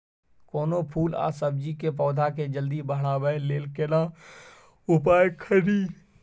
कोनो फूल आ सब्जी के पौधा के जल्दी बढ़ाबै लेल केना उपाय खरी?